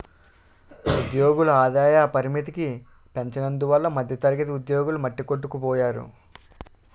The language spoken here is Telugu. ఉద్యోగుల ఆదాయ పరిమితికి పెంచనందువల్ల మధ్యతరగతి ఉద్యోగులు మట్టికొట్టుకుపోయారు